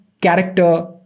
character